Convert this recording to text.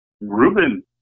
Ruben